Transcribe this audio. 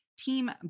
Team